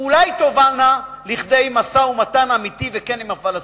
אולי יובילו לכדי משא-ומתן אמיתי וכן עם הפלסטינים.